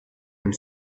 and